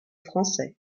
français